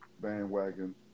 bandwagon